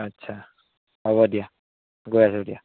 আচ্ছা হ'ব দিয়া গৈ আছোঁ দিয়া